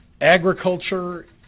Agriculture